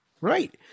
Right